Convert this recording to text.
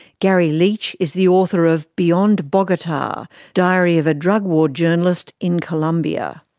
garry leech is the author of beyond bogota diary of a drug war journalist in colombia.